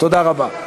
תודה רבה.